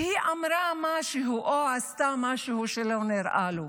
שהיא אמרה משהו או עשתה משהו שלא נראה לו.